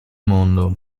mondo